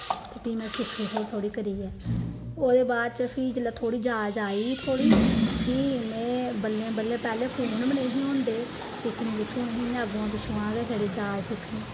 फ्ही में सिक्खनी थोह्ड़ी थोह्ड़ी करियै ओह्जे बाद च फ्ही जिसलै थोह्ड़ी जाच आई थोह्ड़ी फ्ही में बल्लें बल्लें पैह्लें फोन बी नेंई हे होंदे सिक्खनी कुत्थूं ही इयां अग्गूुआं पिच्छुआं छड़ी जाच सिक्खनी